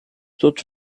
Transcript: dort